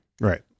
right